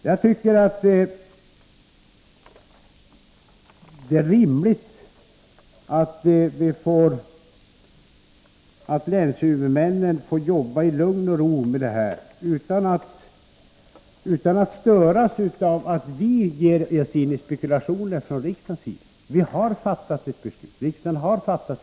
Jag tycker det är rimligt att länshuvudmännen får arbeta i lugn och ro utan att störas av att vi från riksdagens sida ger oss in i spekulationer. Riksdagen har fattat ett beslut i den här frågan.